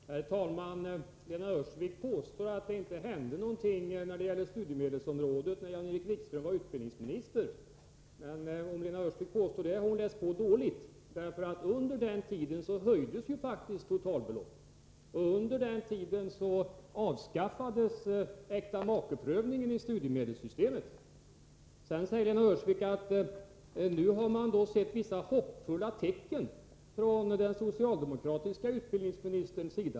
Herr talman! Lena Öhrsvik påstår att det inte hände någonting på studiemedelsområdet, när Jan-Erik Wikström var utbildningsminister. Men om Lena Öhrsvik påstår detta, har hon läst på dåligt, därför att under den tiden höjdes ju faktiskt totalbeloppet och avskaffades äktamakeprövningen i studiemedelssystemet. Sedan sade Lena Öhrsvik att man nu har sett vissa hoppfulla tecken från den socialdemokratiska utbildningsministern.